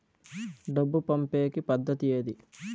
డబ్బు పంపేకి పద్దతి ఏది